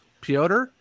Piotr